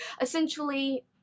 Essentially